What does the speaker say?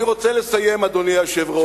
אני רוצה לסיים, אדוני היושב-ראש.